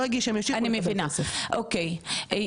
זה עניין ספציפי נקודתי בסיעוד,